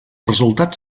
resultat